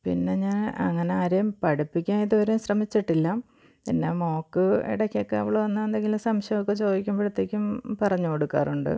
പിന്നെ ഞാൻ അങ്ങനെ ആരെയും പഠിപ്പിക്കാൻ ഇതുവരെ ശ്രമിച്ചിട്ടില്ല പിന്നെ മോള്ക്ക് ഇടയ്ക്കൊക്കെ അവള് വന്നാല് എന്തെങ്കിലും സംശയമൊക്കെ ചോദിക്കുമ്പഴ്ത്തേക്കും പറഞ്ഞുകൊടുക്കാറുണ്ട്